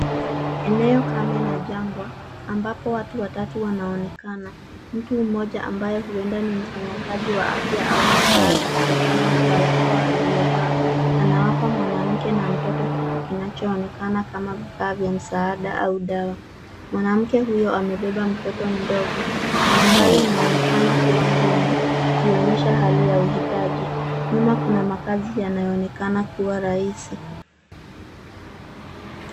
Eneo karme na jangwa. Ambapo watu watatu wanaonekana. Mtu mmoja ambaye huwenda ni mfanya kazi wa afya au msaada kutokana na barakoa aliyevaa. Anawapa mwanamke na mtoto kitu kinacho wanekana kama vifaa vya msaada au dawa. Mwanamke huyo amebeba mtoto mdogo. Maandari inaonekana kuwa ngumu, ikionyesha hali ya uhitaji. Nyuma kuna makazi yanayoonekana kuwa rahisi.